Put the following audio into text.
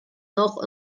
noch